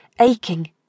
aching